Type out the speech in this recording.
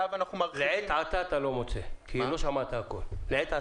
לעת עתה אתה לא מוצא כי לא שמעת הכול.